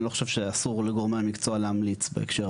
אני לא חושב שאסור לגורמי המקצוע להמליץ בהקשר הזה.